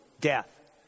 death